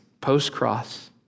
post-cross